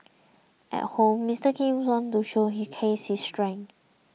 at home Mr Kim wants to showcase his strength